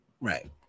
right